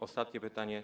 Ostatnie pytanie.